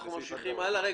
אנחנו ממשיכים הלאה.